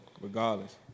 Regardless